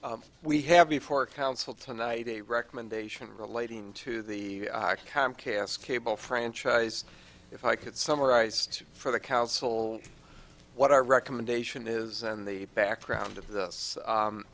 we have before council tonight a recommendation relating to the comcast cable franchise if i could summarize for the council what our recommendation is and the background of this